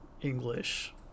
English